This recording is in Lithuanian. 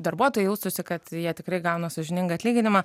darbuotojai jaustųsi kad jie tikrai gauna sąžiningą atlyginimą